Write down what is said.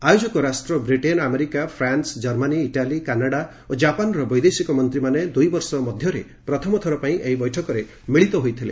ଆୟୋଜକ ରାଷ୍ଟ୍ର Britain America France Germany Italy Canada ଓ ଜାପାନର ବୈଦେଶିକ ମନ୍ତ୍ରୀମାନେ ଦୁଇବର୍ଷ ଭିତରେ ପ୍ରଥମଥର ପାଇଁ ଏହି ବୈଠକରେ ମିଳିତ ହୋଇଥିଲେ